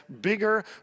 bigger